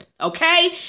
Okay